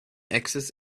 axis